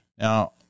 Now